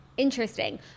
Interesting